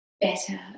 better